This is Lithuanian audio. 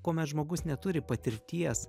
kuomet žmogus neturi patirties